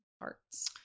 parts